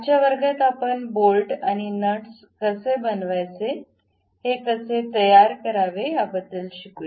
आजच्या वर्गात आपण बोल्ट आणि नट्स कसे बनवायचे हे कसे तयार करावे याबद्दल शिकू